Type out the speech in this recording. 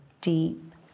deep